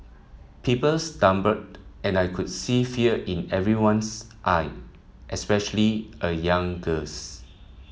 people stumbled and I could see fear in everyone's eye especially a young girl's